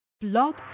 Blog